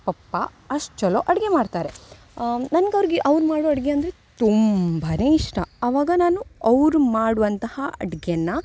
ಪಪ್ಪ ಅಷ್ಟು ಚಲೋ ಅಡಿಗೆ ಮಾಡ್ತಾರೆ ನನ್ಗವ್ರ್ಗೆ ಅವ್ರು ಮಾಡೋ ಅಡಿಗೆ ಅಂದರೆ ತುಂಬಾ ಇಷ್ಟ ಆವಾಗ ನಾನು ಅವರು ಮಾಡುವಂತಹ ಅಡಿಗೆನ